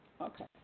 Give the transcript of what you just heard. Okay